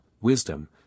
wisdom